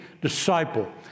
disciple